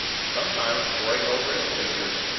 sometimes poring over his figures,